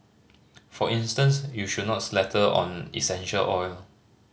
for instance you should not slather on essential oil